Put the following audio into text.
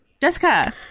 Jessica